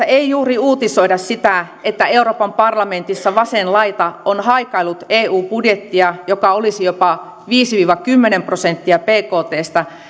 ei juuri uutisoida sitä että euroopan parlamentissa vasen laita on haikaillut eu budjettia joka olisi jopa viisi viiva kymmenen prosenttia bktstä